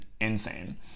insane